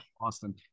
Austin